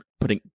putting